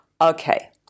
Okay